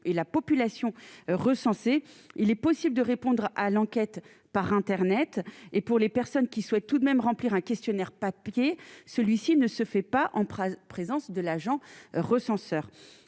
et la population recensée, il est possible de répondre à l'enquête par Internet et pour les personnes qui souhaitent tout de même remplir un questionnaire papier, celui-ci ne se fait pas en présence de l'agent recenseur